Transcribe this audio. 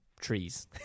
trees